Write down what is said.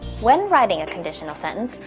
when writing a conditional sentence,